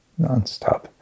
nonstop